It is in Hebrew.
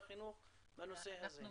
נעבור למשרד לביטחון הפנים, אפרת, בבקשה.